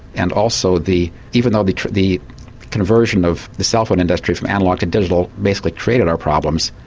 and also the even though the the conversion of the cell phone industry from analogue to digital basically created our problems,